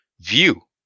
view